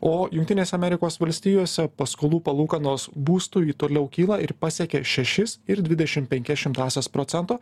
o jungtinėse amerikos valstijose paskolų palūkanos būstui toliau kyla ir pasiekė šešis ir dvidešim penkias šimtąsias procento